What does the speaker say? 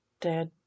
dead